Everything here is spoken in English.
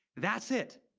that's it.